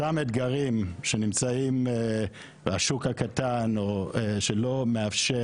אותם אתגרים שנמצאים בשוק הקטן שלא מאפשר